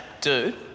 Dude